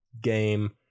game